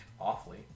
awfully